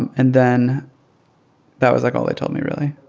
and and then that was, like, all they told me really.